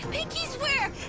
pinky swear!